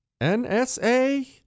NSA